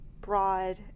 broad